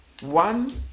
One